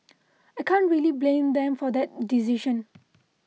I can't really blame them for that decision